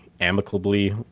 amicably